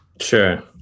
Sure